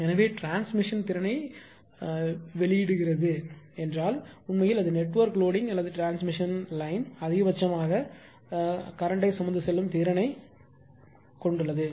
எனவே டிரான்ஸ்மிஷன் திறனை வெளியிடுகிறது என்றால் உண்மையில் அது நெட்வொர்க் லோடிங் அல்லது டிரான்ஸ்மிஷன் லைன் அதிகபட்சமாக தற்போதைய சுமந்து செல்லும் திறனைக் கொண்டுள்ளது